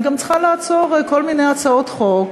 אני גם צריכה לעצור כל מיני הצעות חוק,